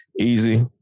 easy